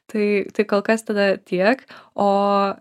tai tai kol kas tada tiek o